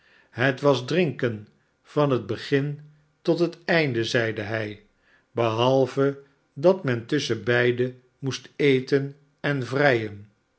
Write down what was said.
het was drinken van het begin tot het einde zeide hij behalve dat men tusschenbeide moest eten envrijen